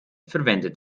verwendet